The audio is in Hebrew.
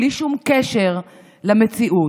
בלי שום קשר למציאות.